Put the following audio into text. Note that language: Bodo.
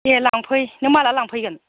दे लांफै नों माला लांफैगोन